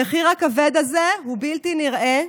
המחיר הכבד הזה הוא בלתי נראה.